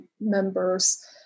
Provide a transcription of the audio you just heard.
members